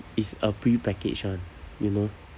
it's a pre-packaged one you know